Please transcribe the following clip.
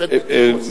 שופט בדימוס.